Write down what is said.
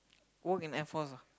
work in airforce ah